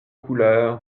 couleur